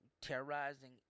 terrorizing